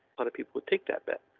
other people would take that bet.